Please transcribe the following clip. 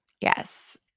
Yes